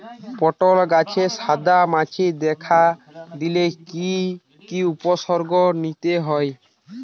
পটল গাছে সাদা মাছি দেখা দিলে কি কি উপসর্গ নিতে হয়?